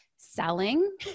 Selling